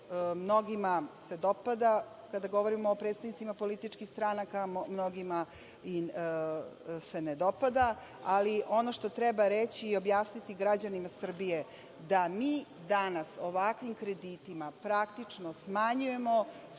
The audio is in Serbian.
mnogima dopada, kada govorimo o predstavnicima političkih stranaka, mnogima se ne dopada. Ali, ono što treba reći i objasniti građanima Srbije da mi danas ovakvim kreditima praktično smanjujemo